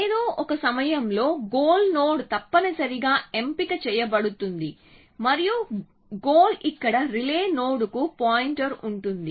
ఏదో ఒక సమయంలో గోల్ నోడ్ తప్పనిసరిగా ఎంపిక చేయబడుతుంది మరియు గోల్ ఇక్కడ రిలే నోడ్కు పాయింటర్ ఉంటుంది